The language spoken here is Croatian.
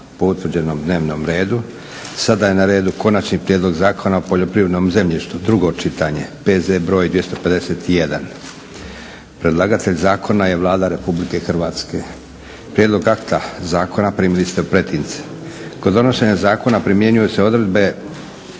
Po utvrđenom dnevnom redu sada je na redu - Konačni prijedlog Zakona o poljoprivrednom zemljištu, drugo čitanje, P.Z. br. 251; Predlagatelj zakona je Vlada Republike Hrvatske. Prijedlog akta zakona primili ste u pretince. Kod donošenja zakona primjenjuju se odredbe